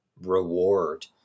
reward